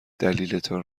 دلیلتان